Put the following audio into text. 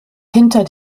hinter